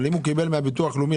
אבל אם הוא קיבל מהביטוח הלאומי,